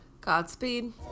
Godspeed